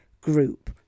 group